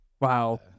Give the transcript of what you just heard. wow